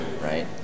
Right